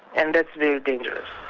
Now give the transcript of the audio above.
and that's very dangerous.